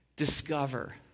Discover